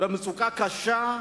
מצוקה קשה,